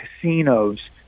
casinos